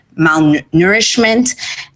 malnourishment